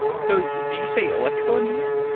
so do you say electrical engineering?